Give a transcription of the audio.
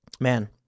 Man